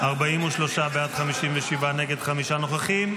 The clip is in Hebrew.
43 בעד, 57 נגד, חמישה נוכחים.